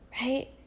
right